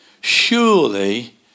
Surely